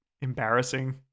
embarrassing